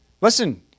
Listen